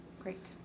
Great